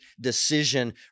decision